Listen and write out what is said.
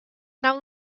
now